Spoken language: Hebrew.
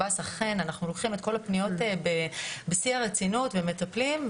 שאנחנו לוקחים את כל הפניות בשיא הרצינות ומטפלים,